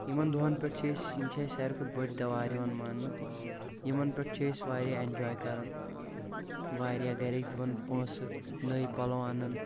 یِمن دۄن پٮ۪ٹھ چھِ أسۍ یِم چھِ اسہِ ساروی کھۄتہٕ بٔڑۍ تیہوار یِوان ماننہٕ یِمن پٮ۪ٹھ چھِ أسۍ واریاہ ایٚنجاے کران واریاہ گرٕکۍ دِوان پونٛسہٕ نٔوۍ پلو انا ن